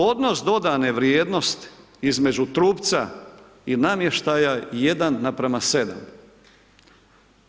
Odnos dodane vrijednosti između trupca i namještaja je 1:7.